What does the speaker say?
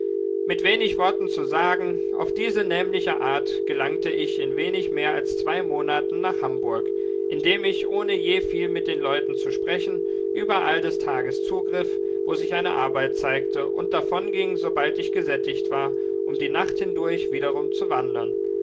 mit wenig worten zu sagen auf diese nämliche art gelangte ich in wenig mehr als zwei monaten nach hamburg indem ich ohne je viel mit den leuten zu sprechen überall des tages zugriff wo sich eine arbeit zeigte und davonging sobald ich gesättigt war um die nacht hindurch wiederum zu wandern